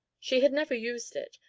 she had never used it,